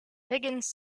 higgins